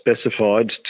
specified